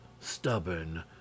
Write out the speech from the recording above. stubborn